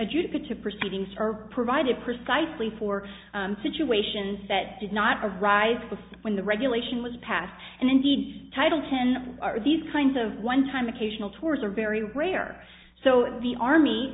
to proceedings are provided precisely for situations that did not arise when the regulation was passed and indeed title ten are these kinds of onetime occasional tours are very rare so the army